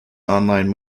online